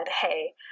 Hey